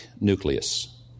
nucleus